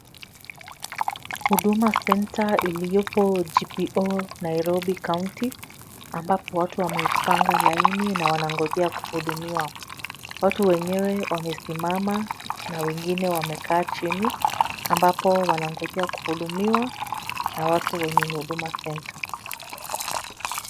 Huduma Center iliyopo GPO Nairobi [c]County[c], ambapo watu wamepanga laini na wanangojea kuhudumiwa. Watu wenyewe wamesimama na wengine wamekaa chini ambapo wanangojea kuhudumiwa na watu wa Huduma Center.